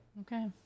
Okay